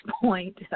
point